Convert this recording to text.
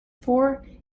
for